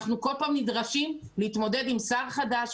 אנחנו כל פעם נדרשים להתמודד עם שר חדש,